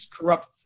corrupt